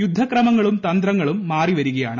യുദ്ധക്രമങ്ങളും തന്ത്രങ്ങളും മാറിവരുകയാണ്